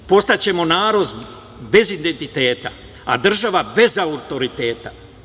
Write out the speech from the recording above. Postaćemo narod bez identiteta, a država bez autoriteta.